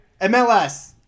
MLS